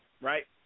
right